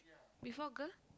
before girl